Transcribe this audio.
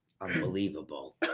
unbelievable